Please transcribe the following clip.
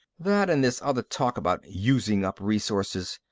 that and this other talk about using up resources.